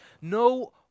No